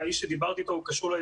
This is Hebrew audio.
האיש שדיבר קשור יותר